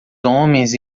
homens